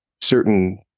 certain